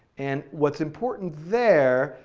and what's important there,